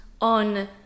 on